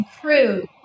crew